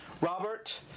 Robert